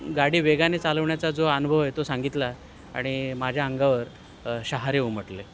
गाडी वेगाने चालवण्याचा जो अनुभव आहे तो सांगितला आणि माझ्या अंगावर शहारे उमटले